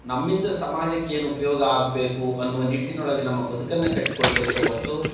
ನಮ್ಮಿಂದ ಸಮಾಜಕ್ಕೆ ಏನು ಉಪಯೋಗ ಆಗಬೇಕು ಅನ್ನುವ ನಿಟ್ಟಿನೊಳಗೆ ನಮ್ಮ ಬದುಕನ್ನು ಕಟ್ಟಿಕೊಳ್ಬೇಕೇ ಹೊರತು